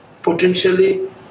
potentially